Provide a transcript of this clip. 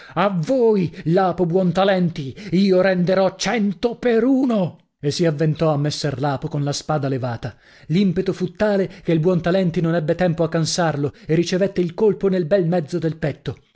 a voi lapo buontalenti io renderò cento per uno e si avventò a messer lapo con la spada levata l'impeto fu tale che il buontalenti non ebbe tempo a causarlo e ricevette il colpo nel bel mezzo del petto